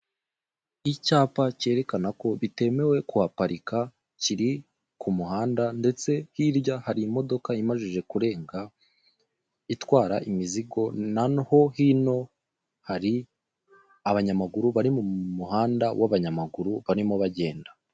Icyapa cyerekana ko bitemewe kuhaparika kiri ku muhanda ndetse hirya hari imodoka imajije kurenga itwara imizigo, naho hino hari abanyamaguru bari mu muhanda w'abanyamaguru barimo bagenda.